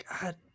God